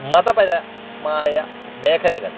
മതപര മതപരമായ മേഖലകൾ